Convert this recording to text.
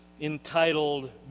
entitled